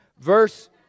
Verse